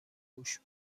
گوش